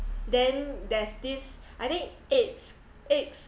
then there's this I think eggs eggs